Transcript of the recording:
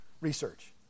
research